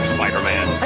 Spider-Man